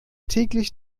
täglich